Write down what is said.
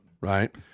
Right